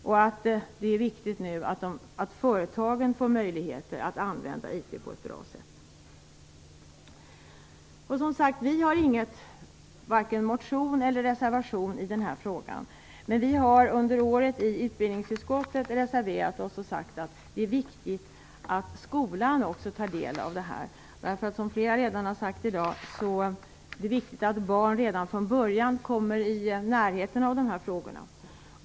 Det är nu viktigt att företagen får möjligheter att använda IT på ett bra sätt. Vi har inte vare sig någon motion eller någon reservation i den här frågan, men vi har under året reserverat oss i utbildningsutskottet och sagt att det är viktigt att skolan också tar del av det här. Som flera redan har sagt i dag är det viktigt att barn redan från början kommer i närheten av de här frågorna.